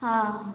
हँ